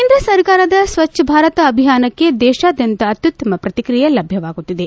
ಕೇಂದ್ರ ಸರ್ಕಾರದ ಸ್ವಚ್ದ ಭಾರತ ಅಭಿಯಾನಭಿಯಾನಕ್ಕೆ ದೇಶಾದ್ಯಂತ ಅತ್ಯುತ್ತಮ ಪ್ರತಿಕ್ರಿಯೆ ಲಭ್ಯವಾಗುತ್ತಿದೆ